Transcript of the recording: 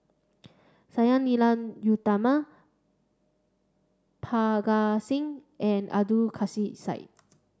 Sang Nila Utama Parga Singh and Abdul Kadir Syed